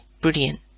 brilliant